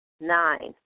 Nine